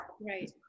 right